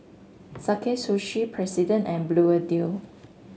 Sakae Sushi President and Bluedio